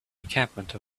encampment